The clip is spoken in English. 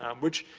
um which,